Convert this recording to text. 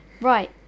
Right